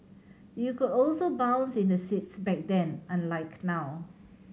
you could also bounce in the seats back then unlike now